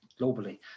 globally